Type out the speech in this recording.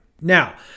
Now